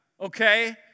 okay